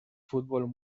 fútbol